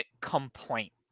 complaint